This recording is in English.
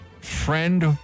friend